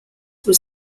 was